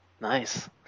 Nice